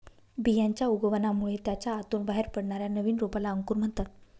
बियांच्या उगवणामुळे त्याच्या आतून बाहेर पडणाऱ्या नवीन रोपाला अंकुर म्हणतात